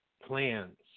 plans